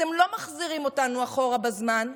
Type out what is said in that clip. אתם לא מחזירים אותנו אחורה בזמן,